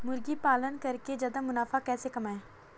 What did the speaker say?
मुर्गी पालन करके ज्यादा मुनाफा कैसे कमाएँ?